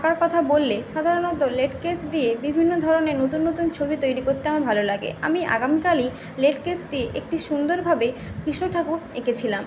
আঁকার কথা বললে সাধারণত লেট কেস দিয়ে বিভিন্ন ধরনের নতুন নতুন ছবি তৈরি করতে আমার ভালো লাগে আমি আগামীকালই লেট কেস দিয়ে একটি সুন্দরভাবে কৃষ্ণ ঠাকুর এঁকেছিলাম